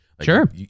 Sure